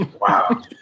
Wow